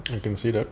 I can see that